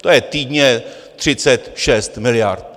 To je týdně 36 miliard.